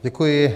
Děkuji.